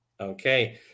Okay